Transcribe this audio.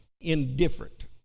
indifferent